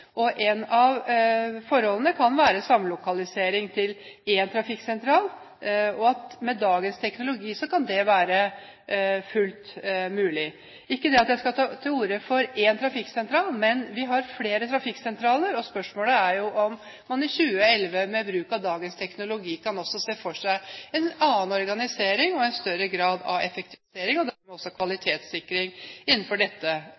kan være samlokalisering til én trafikksentral, og med dagens teknologi kan det være fullt mulig. Ikke at jeg skal ta til orde for én trafikksentral, men vi har flere trafikksentraler, og spørsmålet er jo om man i 2011 med bruk av dagens teknologi kan se for seg en annen organisering og en større grad av effektivisering og dermed også kvalitetssikring innenfor dette